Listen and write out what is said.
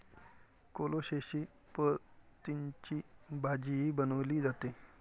कोलोसेसी पतींची भाजीही बनवली जाते